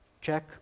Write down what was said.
check